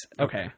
Okay